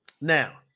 Now